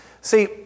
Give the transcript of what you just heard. See